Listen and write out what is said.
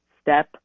step